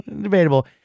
Debatable